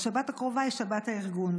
והשבת הקרובה היא שבת הארגון.